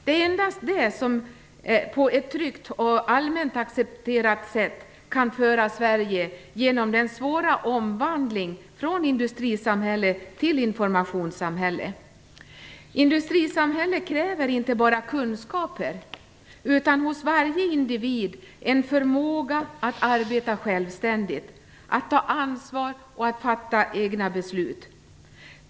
Det är endast det som på ett tryggt och allmänt accepterat sätt kan föra Sverige genom den svåra omvandlingen från industrisamhälle till informationssamhälle. Industrisamhället kräver inte bara kunskaper utan en förmåga hos varje individ att arbeta självständigt, att ta ansvar och att fatta egna beslut.